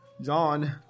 John